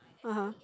(uh huh)